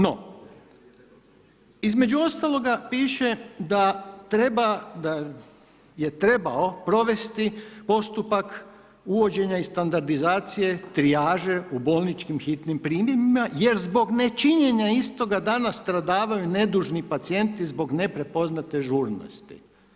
No, između ostaloga piše da treba, da je trebao provesti postupak uvođenja i standardizacije trijaže u bolničkim hitnim prijemima jer zbog nečinjenja istoga danas stradavaju nedužni pacijenti zbog neprepoznate žurnosti.